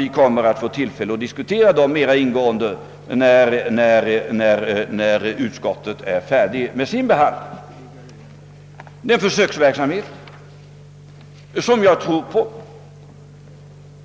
vi kommer: att få diskutera dem mera ingående, när utskottet har blivit färdigt med sin behandling. Jag tror på denna försöksverksamhet,